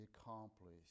accomplished